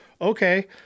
okay